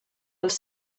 els